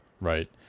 right